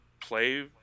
play